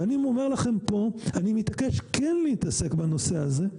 ואני אומר לכם פה, אני מתעקש כן להתעסק בנושא הזה,